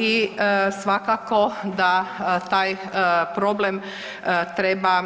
I svakako da taj problem treba